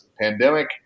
pandemic